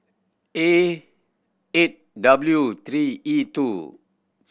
A eight W three E two